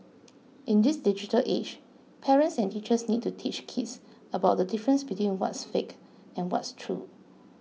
in this digital age parents and teachers need to teach kids about the difference between what's fake and what's true